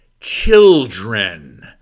Children